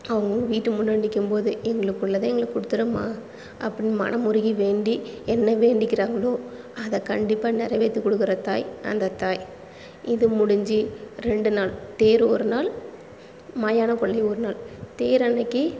அவங்கவுங்க வீட்டு முன்னாடி நிற்கும் போதே எங்களுக்குள்ளதை எங்களுக்கு கொடுத்துரும்மா அப்படின்னு மனமுருகி வேண்டி என்ன வேண்டிக்கிறாங்களோ அதை கண்டிப்பாக நிறவேத்தி கொடுக்குற தாய் அந்த தாய் இது முடிஞ்சு ரெண்டு நாள் தேர் ஒரு நாள் மயானக்கொள்ளை ஒரு நாள் தேர் அன்னைக்கு